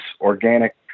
organic